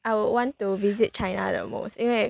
I would want to visit China the most 因为